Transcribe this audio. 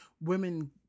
women